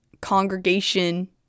congregation